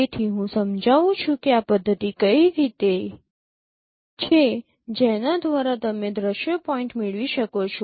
તેથી હું સમજાવું છું કે આ પદ્ધતિ કઈ રીતે છે જેના દ્વારા તમે દ્રશ્ય પોઇન્ટ મેળવી શકો છો